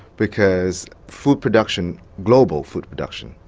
because food production, global food production,